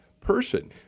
person